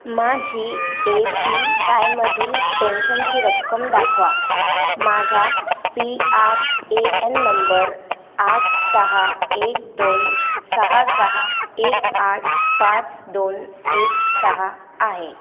माझी A P वायमधील पेन्शनची रक्कम दाखवा माझा P R A N number आठ सहा एक दोन सहा सहा एक आठ पाच दोन एक सहा आहे